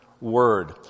word